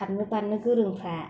खारनो बारनो गोरोंफ्रा